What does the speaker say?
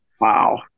Wow